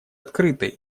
открытой